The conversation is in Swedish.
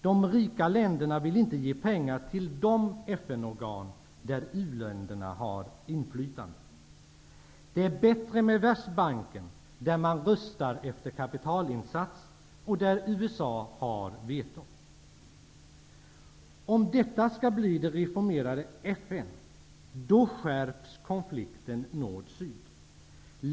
De rika länderna vill inte ge pengar till de FN-organ där u-länderna har inflytande. Det är bättre med Världsbanken, där man röstar efter kapitalinsats, och där USA har veto. Om det skall bli ett reformerat FN, skärps konflikten nord--syd.